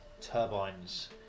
turbines